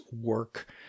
work